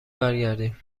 برگردیم